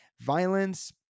Violence